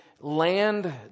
land